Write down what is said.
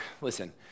listen